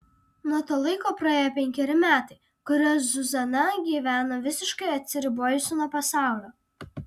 nuo to laiko praėjo penkeri metai kuriuos zuzana gyveno visiškai atsiribojusi nuo pasaulio